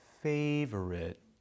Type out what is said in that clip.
favorite